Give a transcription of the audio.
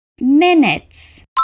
minutes